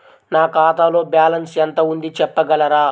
నా ఖాతాలో బ్యాలన్స్ ఎంత ఉంది చెప్పగలరా?